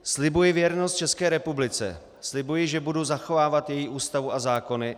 Slibuji věrnost České republice, slibuji, že budu zachovávat její Ústavu a zákony.